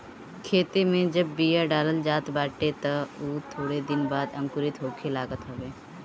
खेते में जब बिया डालल जात बाटे तअ उ थोड़ दिन बाद अंकुरित होखे लागत हवे